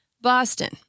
Boston